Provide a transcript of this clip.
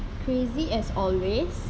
crazy as always